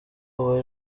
ubu